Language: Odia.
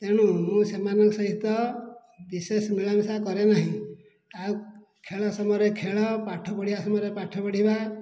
ତେଣୁ ମୁଁ ସେମାନଙ୍କ ସହିତ ବିଶେଷ ମିଳାମିଶା କରେ ନାହିଁ ଆଉ ଖେଳ ସମୟରେ ଖେଳ ପାଠ ପଢ଼ିବା ସମୟରେ ପାଠ ପଢ଼ିବା